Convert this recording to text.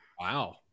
wow